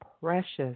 precious